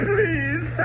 Please